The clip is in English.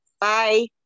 Bye